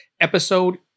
episode